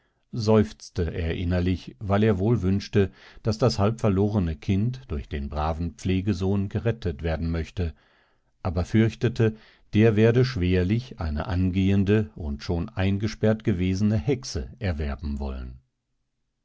seufzte er innerlich weil er wohl wünschte daß das halb verlorene kind durch den braven pflegesohn gerettet werden möchte aber fürchtete der werde schwerlich eine angehende und schon eingesperrt gewesene hexe erwerben wollen